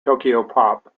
tokyopop